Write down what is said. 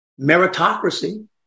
meritocracy